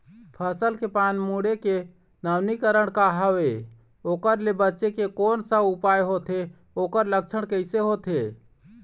फसल के पान मुड़े के नवीनीकरण का हवे ओकर ले बचे के कोन सा उपाय होथे ओकर लक्षण कैसे होथे?